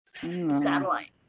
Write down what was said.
Satellite